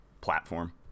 platform